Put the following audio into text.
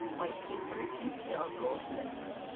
white paper, and pale gold mists.